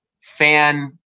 fan